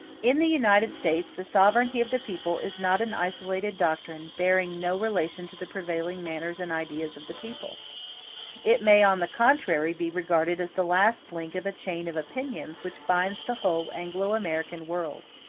in the united states, the sovereignty of the people is not an isolated doctrine bearing no relation to the prevailing manners and ideas of the people it may, on the contrary, be regarded as the last link of a chain of opinions which binds the whole anglo-american world.